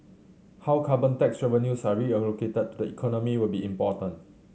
how carbon tax revenues are reallocated to the economy will be important